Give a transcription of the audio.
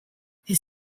his